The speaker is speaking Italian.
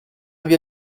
via